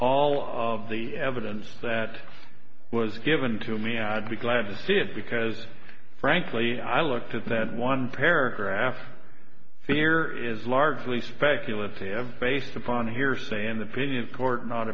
all of the evidence that was given to me i'd be glad to see it because frankly i looked at that one paragraph here is largely speculative based upon hearsay in the